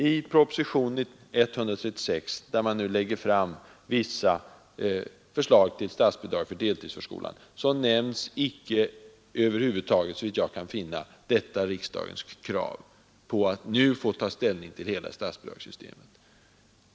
I propositionen 136, där vissa förslag till statsbidrag för deltidsförskolan nu läggs fram, nämns — såvitt jag kan finna — över huvud taget icke detta riksdagens krav på att nu få ta ställning till hela statsbidragssystemet.